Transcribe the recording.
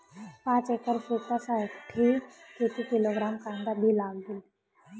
पाच एकर शेतासाठी किती किलोग्रॅम कांदा बी लागेल?